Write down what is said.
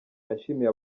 yashimiye